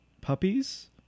puppies